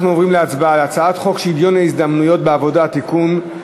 אנחנו עוברים להצבעה על הצעת חוק שוויון ההזדמנויות בעבודה (תיקון,